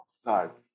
start